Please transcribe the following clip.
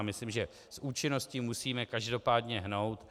Myslím, že s účinností musíme každopádně hnout.